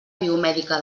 biomèdica